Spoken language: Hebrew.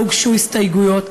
לא הוגשו הסתייגויות,